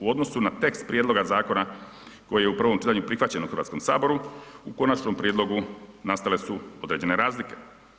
U odnosu na tekst prijedloga zakona koji je u prvom čitanju prihvaćen u Hrvatskom saboru, u konačnom prijedlogu nastale su određene razlike.